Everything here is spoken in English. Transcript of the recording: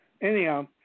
Anyhow